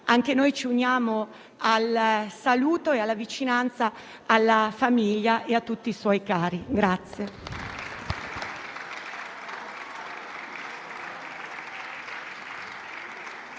Anche noi ci uniamo al saluto e alla vicinanza alla famiglia e a tutti i suoi cari.